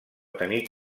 tenir